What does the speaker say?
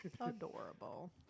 Adorable